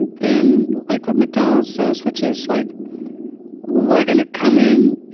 and than like what mcdonald's says, which is, like we're going to come in.